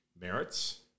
merits